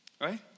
right